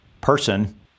person